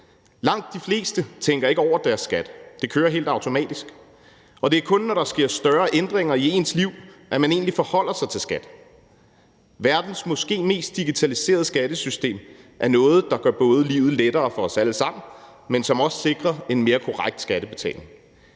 Langt de fleste tænker ikke over deres skat – det kører helt automatisk – og det er kun, når der sker større ændringer i ens liv, at man egentlig forholder sig til skat. Verdens måske mest digitaliserede skattesystem er noget, der både gør livet lettere for os alle sammen, men som også sikrer en mere korrekt skattebetaling.